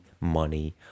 money